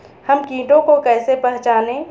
हम कीटों को कैसे पहचाने?